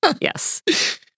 Yes